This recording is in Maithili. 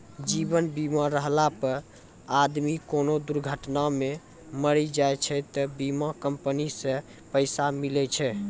जीवन बीमा रहला पर आदमी कोनो दुर्घटना मे मरी जाय छै त बीमा कम्पनी से पैसा मिले छै